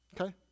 Okay